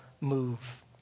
move